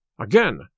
Again